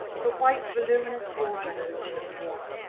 the white, voluminous ball dresses she had worn,